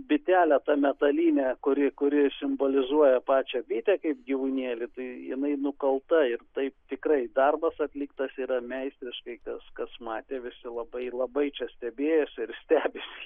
bitelė ta metalinė kuri kuri simbolizuoja pačią bitę kaip gyvūnėlį tai jinai nukauta ir taip tikrai darbas atliktas yra meistriškai kas kas matė visi labai labai čia stebėjosi ir stebisi